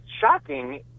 shocking